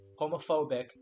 homophobic